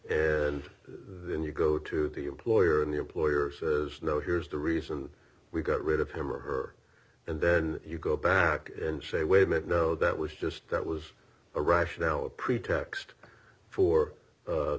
then you go to the employer and the employer says no here's the reason we got rid of him or her and then you go back and say wait a minute no that was just that was a rationale a pretext for